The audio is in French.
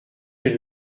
une